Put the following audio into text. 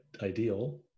ideal